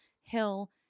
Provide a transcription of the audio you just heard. hill